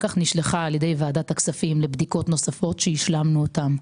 כך נשלחה על ידי ועדת הכספים לבדיקות נוספות שהשלמנו אותן.